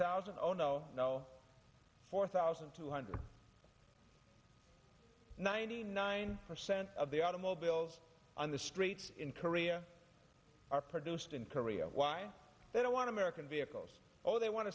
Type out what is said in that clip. thousand oh no no four thousand two hundred ninety nine percent of the automobiles on the streets in korea are produced in korea why they don't want to merican vehicles or they want to